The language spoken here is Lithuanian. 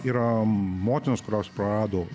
yra motinos kurios prarado